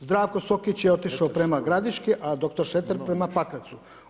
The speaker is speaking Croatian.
Zdravko Sokić je otišao prema Gradiški a dr. Šreter prema Pakracu.